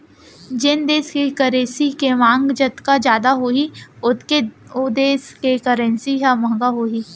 जेन देस के करेंसी के मांग जतका जादा होही ओतके ओ देस के करेंसी ह महंगा होही